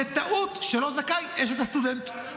זה טעות שלא זכאית אשת הסטודנט.